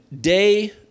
Day